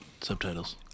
subtitles